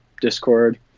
Discord